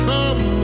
Come